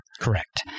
Correct